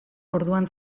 orduan